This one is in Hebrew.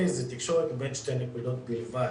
זאת תקשורת בין שתי נקודות בלבד.